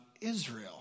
Israel